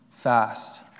fast